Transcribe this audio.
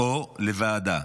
או לוועדה?